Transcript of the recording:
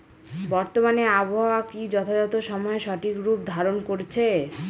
বর্তমানে আবহাওয়া কি যথাযথ সময়ে সঠিক রূপ ধারণ করছে?